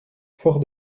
fort